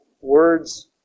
words